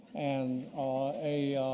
and a